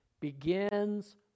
begins